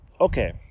Okay